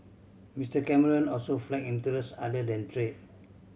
Mister Cameron also flagged interests other than trade